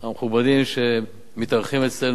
המכובדים שמתארחים אצלנו,